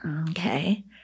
Okay